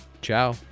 ciao